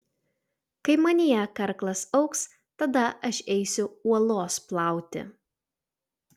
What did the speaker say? kai manyje karklas augs tada aš eisiu uolos plauti